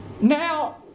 Now